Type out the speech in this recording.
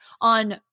on